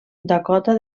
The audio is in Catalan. dakota